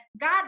God